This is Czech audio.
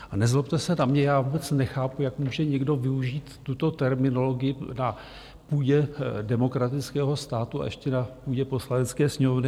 A nezlobte se na mě, já vůbec nechápu, jak může někdo využít tuto terminologii na půdě demokratického státu, a ještě na půdě Poslanecké sněmovny.